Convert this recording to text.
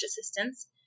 assistance